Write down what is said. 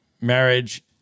marriage